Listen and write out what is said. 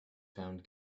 found